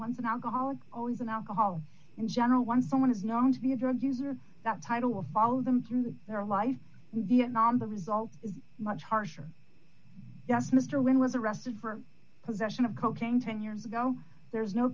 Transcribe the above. once an alcoholic always an alcoholic in general once someone is known to be a drug user that title will follow them through their life in vietnam the result is much harsher yes mr wynn was arrested for possession of cocaine ten years ago there's no